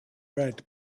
read